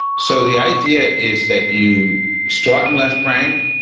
so the idea is that you start in left brain,